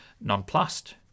nonplussed